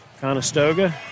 Conestoga